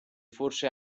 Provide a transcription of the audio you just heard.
forse